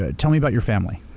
ah tell me about your family.